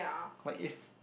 what if